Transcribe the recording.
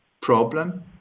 problem